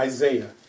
Isaiah